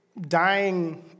dying